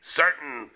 certain